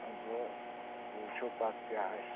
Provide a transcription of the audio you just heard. وٕ وۅنۍ وُچھو پَتہٕ کیٛاہ آسہِ